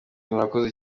murakoze